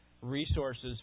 Resources